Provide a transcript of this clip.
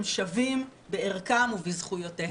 הם שווים בערכם ובזכויותיהם.